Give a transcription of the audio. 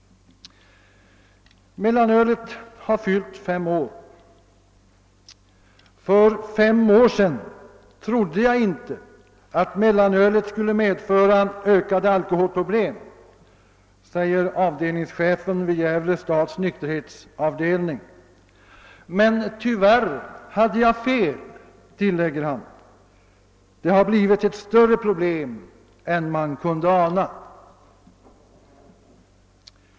Mellanölet har fyllt fem år. För fem år sedan trodde jag inte att mellanölet skulle medföra ökade alkoholproblem, säger avdelningschefen vid Gävle stads nykterhetsavdelning, men tyvärr hade jag fel, tilllägger han. Det har blivit ett större problem än man kunde ana.